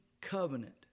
covenant